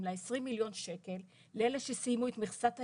של 20 מיליון שקל לאלה שסיימו את מכסת הימים.